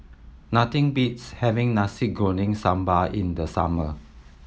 nothing beats having Nasi Goreng Sambal in the summer